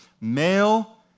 male